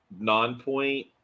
Nonpoint